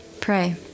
pray